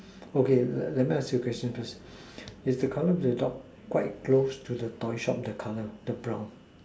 okay let me ask you a question first is the color of your dog quite close to the toy shop the color the brown one